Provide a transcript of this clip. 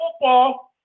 football